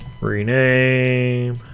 rename